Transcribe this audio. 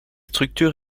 structure